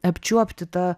apčiuopti tą